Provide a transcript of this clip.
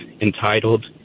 entitled